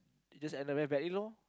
it just ended very badly lor